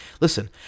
listen